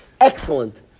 excellent